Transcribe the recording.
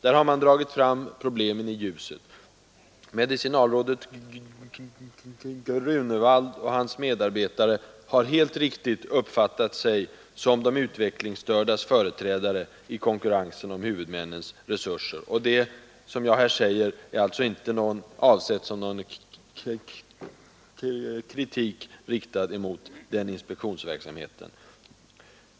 Där har man dragit fram problemen i ljuset. Medicinalrådet Grunevald och hans medarbetare har helt riktigt uppfattat sig som de utvecklingsstördas företrädare i konkurrensen om huvudmännens resurser, och det som jag här säger är alltså inte avsett som någon kritik mot inspektionsverksamheten.